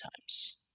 times